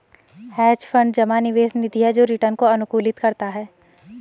hedge fund जमा निवेश निधि है जो रिटर्न को अनुकूलित करता है